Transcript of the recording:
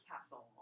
castle